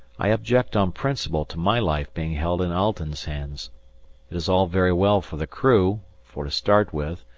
i object on principle to my life being held in alten's hands it is all very well for the crew, for, to start with,